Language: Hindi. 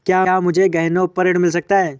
क्या मुझे गहनों पर ऋण मिल सकता है?